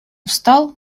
встал